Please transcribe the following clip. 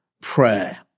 prayer